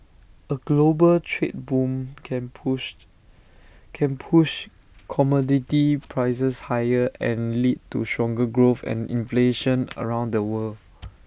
A global trade boom can push can push commodity prices higher and lead to stronger growth and inflation around the world